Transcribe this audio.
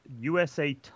USA